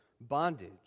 bondage